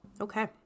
Okay